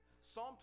Psalm